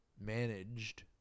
managed